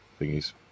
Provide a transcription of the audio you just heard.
thingies